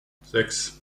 sechs